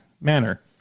manner